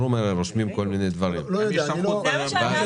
היושב-ראש ביקש ממני ואני חוזר בי מן